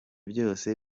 byose